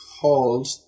called